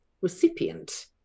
recipient